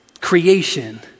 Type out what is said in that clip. creation